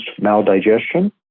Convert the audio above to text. maldigestion